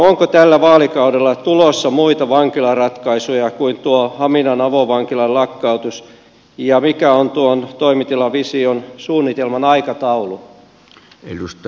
onko tällä vaalikaudella tulossa muita vankilaratkaisuja kuin tuo haminan avovankilan lakkautus ja mikä on tuon toimitilavision suunnitelman aikataulu